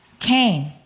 Cain